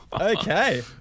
Okay